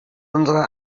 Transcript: unserer